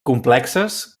complexes